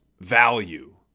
value